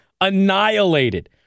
annihilated